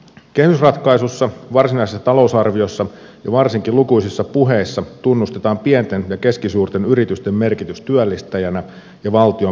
kehysratkaisussa varsinaisessa talousarviossa ja varsinkin lukuisissa puheissa tunnustetaan pienten ja keskisuurten yritysten merkitys työllistäjänä ja valtion verotulon lähteinä